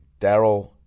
Daryl